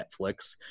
Netflix